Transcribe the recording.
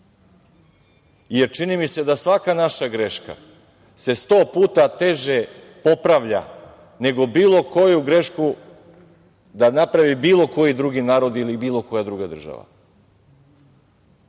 jer čini mi se da svaka naša greška se 100 puta teže popravlja nego bilo koju grešku da napravi bilo koji drugi narod ili bilo koja druga država. Imamo